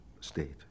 state